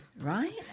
Right